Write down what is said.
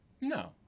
No